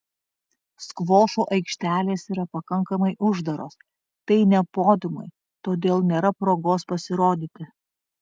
skvošo aikštelės yra pakankamai uždaros tai ne podiumai todėl nėra progos pasirodyti